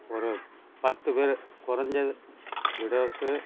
ஒரு பத்துப் பேர் குறைஞ்சது விடோஸு